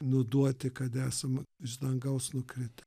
nuduoti kad esam iš dangaus nukritę